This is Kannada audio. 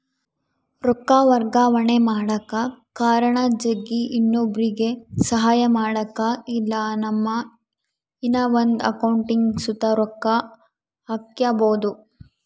ರೊಕ್ಕ ವರ್ಗಾವಣೆ ಮಾಡಕ ಕಾರಣ ಜಗ್ಗಿ, ಇನ್ನೊಬ್ರುಗೆ ಸಹಾಯ ಮಾಡಕ ಇಲ್ಲಾ ನಮ್ಮ ಇನವಂದ್ ಅಕೌಂಟಿಗ್ ಸುತ ರೊಕ್ಕ ಹಾಕ್ಕ್ಯಬೋದು